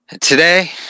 Today